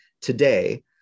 today